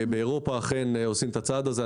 באירופה אכן עושים את הצעד הזה.